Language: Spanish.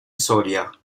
soria